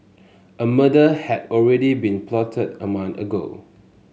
a murder had already been plotted a month ago